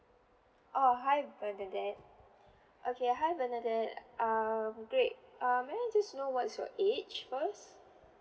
oh hi bernadette okay hi bernadette um great uh may I just know what's your age first